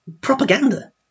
propaganda